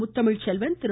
முத்தமிழ் Selvan திரு